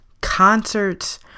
concerts